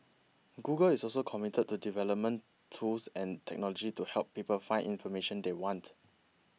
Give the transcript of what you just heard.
Google is also committed to development tools and technology to help people find information they want